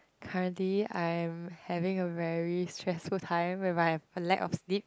currently I'm having a very stressful time with my lack of sleep